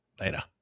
Later